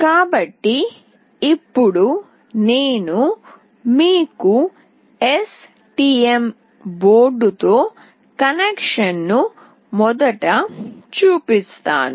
కాబట్టి ఇప్పుడు నేను మీకు STM బోర్డుతో కనెక్షన్ను మొదట చూపిస్తాను